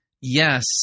Yes